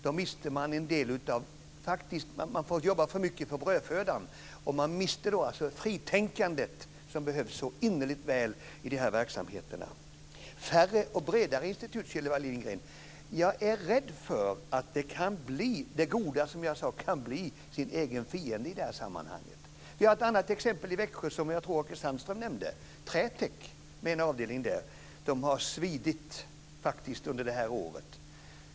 Då får man jobba för mycket för brödfödan, och man mister då fritänkandet som behövs så innerligt väl i de här verksamheterna. Färre och bredare institut, pratar Sylvia Lindgren om. Jag är rädd för att det goda, som jag sade, kan bli sin egen fiende i det här sammanhanget. Vi har ett annat exempel i Växjö, som jag tror att Åke Sandström nämnde: Trätek har en avdelning där. För dem där har det svidit, faktiskt, under det här året.